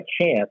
chance